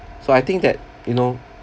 so I think that you know